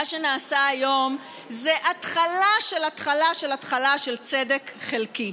מה שנעשה היום זה התחלה של התחלה של התחלה של צדק חלקי.